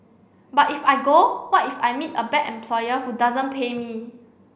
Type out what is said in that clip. but if I go what if I meet a bad employer who doesn't pay me